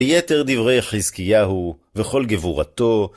ויתר דברי חזקיהו וכל גבורתו